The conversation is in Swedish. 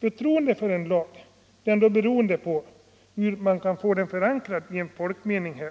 Förtroendet för en lag är ändå beroende på hur man kan få den förankrad i en folkmening,